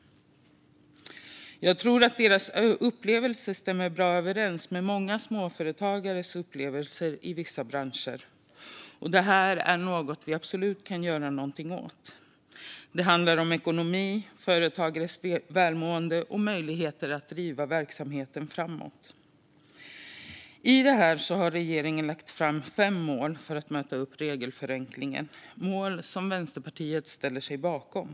Jag tror att deras upplevelser stämmer bra överens med många småföretagares upplevelser i vissa branscher. Och detta är något som vi absolut kan göra någonting åt. Det handlar om ekonomi, företagares välmående och möjligheter att driva verksamheten framåt. I fråga om detta har regeringen lagt fram fem mål för regelförenklingen, mål som Vänsterpartiet ställer sig bakom.